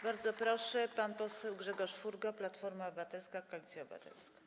Bardzo proszę, pan poseł Grzegorz Furgo, Platforma Obywatelska - Koalicja Obywatelska.